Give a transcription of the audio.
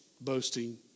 boasting